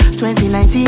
2019